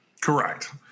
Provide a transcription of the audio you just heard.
Correct